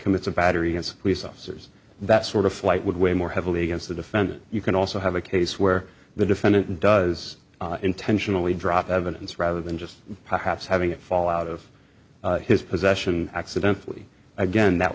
commits a battery and police officers that sort of flight would weigh more heavily against the defendant you can also have a case where the defendant does intentionally drop evidence rather than just perhaps having it fall out of his possession accidentally again that